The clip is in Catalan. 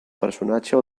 personatge